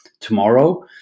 tomorrow